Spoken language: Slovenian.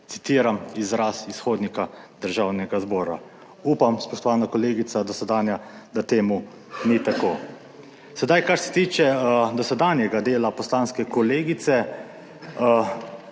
citiram izraz iz hodnika Državnega zbora. Upam, spoštovana kolegica dosedanja, da temu ni tako. Sedaj, kar se tiče dosedanjega dela poslanske kolegice,